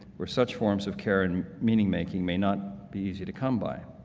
where such forms of care and meaning-making may not be easy to come by.